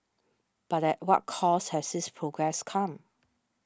but at what cost has this progress come